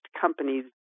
companies